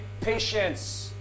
patience